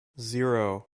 zero